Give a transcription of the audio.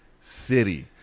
City